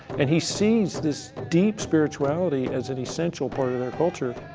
and he sees this deep spirituality as an essential part of their culture.